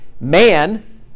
man